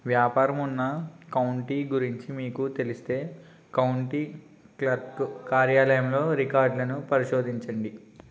వ్యాపారం ఉన్న కౌంటీ గురించి మీకు తెలిస్తే కౌంటీ క్లర్క్ కార్యాలయంలో రికార్డ్లను పరిశోధించండి